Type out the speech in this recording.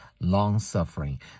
long-suffering